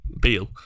Beal